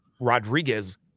Rodriguez –